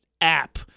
app